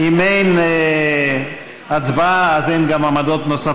לא, אם אין הצבעה, אז גם אין עמדות נוספות.